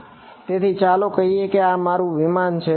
તેથી ચાલો કહીએ કે અહીં આ મારુ વિમાન છે